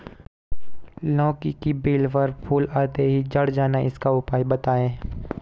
लौकी की बेल पर फूल आते ही झड़ जाना इसका उपाय बताएं?